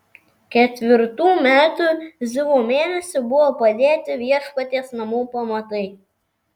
ketvirtų metų zivo mėnesį buvo padėti viešpaties namų pamatai